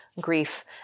grief